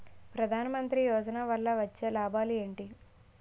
ప్రధాన మంత్రి యోజన వల్ల వచ్చే లాభాలు ఎంటి?